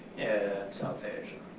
and south asia.